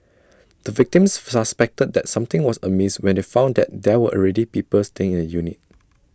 the victims suspected that something was amiss when they found that there were already people staying in the unit